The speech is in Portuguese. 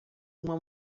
uma